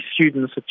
students